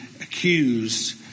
accused